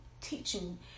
teaching